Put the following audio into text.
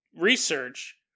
research